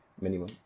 minimum